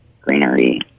greenery